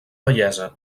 bellesa